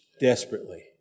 desperately